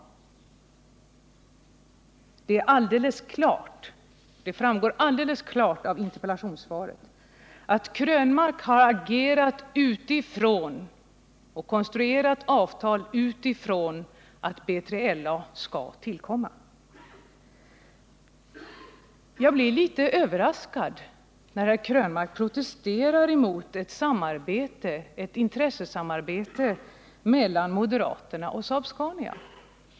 Det framgår alldeles klart av interpellationssvaret att herr Krönmark har agerat och konstruerat avtal utifrån att B3LA skall tillverkas. Jag blir litet överraskad när herr Krönmark protesterar emot att det skulle ha förekommit ett intressesamarbete mellan moderaterna och Saab-Scania.